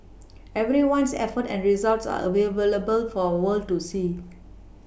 everyone's efforts and results are available for world to see